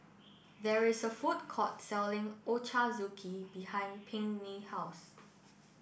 there is a food court selling Ochazuke behind Pinkney's house